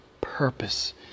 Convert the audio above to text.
purpose